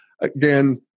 again